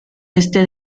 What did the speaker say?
este